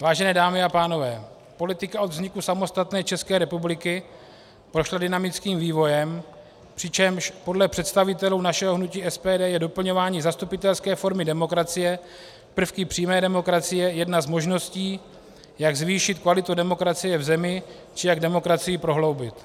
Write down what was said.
Vážené dámy a pánové, politika od vzniku samostatné České republiky prošla dynamickým vývojem, přičemž podle představitelů našeho hnutí SPD je doplňování zastupitelské formy demokracie prvky přímé demokracie jedna z možností, jak zvýšit kvalitu demokracie v zemi či jak demokracii prohloubit.